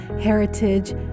heritage